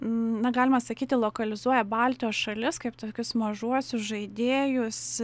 na galima sakyti lokalizuoja baltijos šalis kaip tokius mažuosius žaidėjus